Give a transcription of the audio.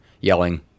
yelling